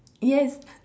yes